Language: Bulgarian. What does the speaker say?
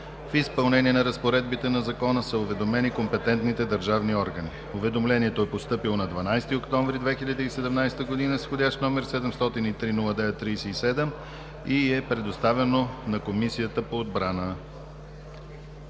В изпълнение на разпоредбите на Закона са уведомени компетентните държавни органи. Уведомлението е постъпило на 12 октомври 2017 г. с вх. № 703-09-37 и е предоставено на Комисията по отбрана.